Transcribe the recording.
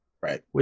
Right